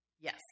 Yes